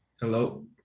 Hello